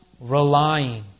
relying